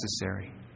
necessary